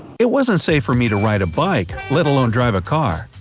it wasn't safe for me to ride a bike, let alone drive a car.